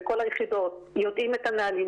בכל היחידות יודעים את הנהלים,